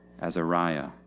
Azariah